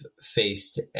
faced